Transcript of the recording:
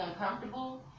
uncomfortable